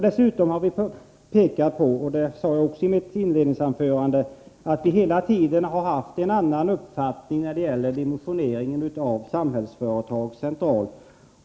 Dessutom har vi pekat på — det sade jag också i mitt inledningsanförande — att vi hela tiden haft en annan uppfattning när det gäller dimensioneringen av Samhällsföretag centralt.